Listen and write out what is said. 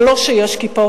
זה לא שיש קיפאון.